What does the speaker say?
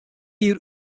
jier